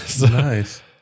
Nice